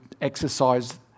exercise